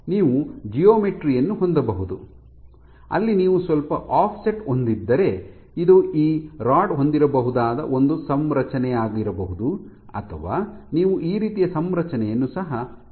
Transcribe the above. ನೀವು ಜಿಯೋಮೆಟ್ತ್ರಿ ಯನ್ನು ಹೊಂದಬಹುದು ಅಲ್ಲಿ ನೀವು ಸ್ವಲ್ಪ ಆಫ್ಸೆಟ್ ಹೊಂದಿದ್ದರೆ ಇದು ಈ ರಾಡ್ ಹೊಂದಿರಬಹುದಾದ ಒಂದು ಸಂರಚನೆಯಾಗಿರಬಹುದು ಅಥವಾ ನೀವು ಈ ರೀತಿಯ ಸಂರಚನೆಯನ್ನು ಸಹ ಹೊಂದಬಹುದು